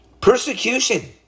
persecution